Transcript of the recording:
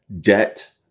debt